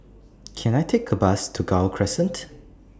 Can I Take A Bus to Gul Crescent